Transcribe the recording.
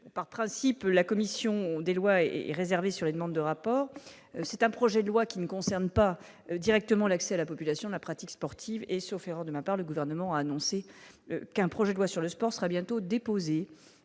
par principe, la commission des lois, et réservé sur les demandes de rapport, c'est un projet de loi qui ne concerne pas directement l'accès à la population de la pratique sportive et, sauf erreur de ma part, le gouvernement a annoncé qu'un projet de loi sur le sport sera bientôt déposé